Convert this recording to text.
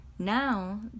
Now